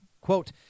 Quote